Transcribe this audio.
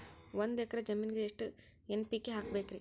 ಒಂದ್ ಎಕ್ಕರ ಜಮೀನಗ ಎಷ್ಟು ಎನ್.ಪಿ.ಕೆ ಹಾಕಬೇಕರಿ?